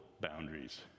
boundaries